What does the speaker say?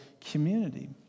community